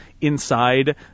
inside